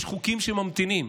יש חוקים שממתינים,